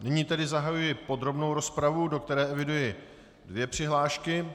Nyní tedy zahajuji podrobnou rozpravu, do které eviduji dvě přihlášky.